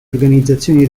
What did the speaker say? organizzazioni